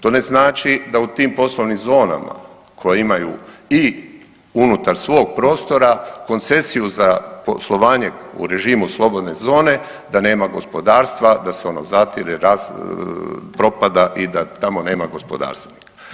To ne znači da u tim poslovnim zonama koje imaju i unutar svog prostora koncesiju za poslovanje u režimu slobodne zone, da nema gospodarstva, da se ono zatire, .../nerazumljivo/... propada i da tamo nema gospodarstva.